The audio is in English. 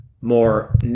more